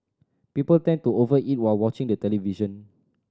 people tend to over eat while watching the television